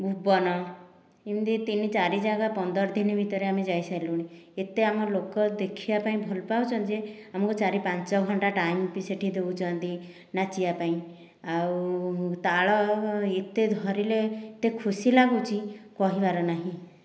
ଭୁବନ ଏମିତି ତିନି ଚାରି ଜାଗା ପନ୍ଦର ଦିନ ଭିତରେ ଆମେ ଯାଇସାରିଲୁଣି ଏତେ ଆମ ଲୋକ ଦେଖିବା ପାଇଁ ଭଲ ପାଉଛନ୍ତି ଯେ ଆମକୁ ଚାରି ପାଞ୍ଚ ଘଣ୍ଟା ଟାଇମ୍ ବି ସେଠି ଦେଉଛନ୍ତି ନାଚିବା ପାଇଁ ଆଉ ତାଳ ଏତେ ଧରିଲେ ଏତେ ଖୁସି ଲାଗୁଛି କହିବାର ନାହିଁ